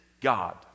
God